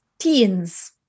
teens